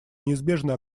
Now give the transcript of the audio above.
неизбежно